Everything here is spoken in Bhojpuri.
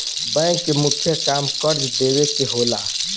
बैंक के मुख्य काम कर्जा देवे के होला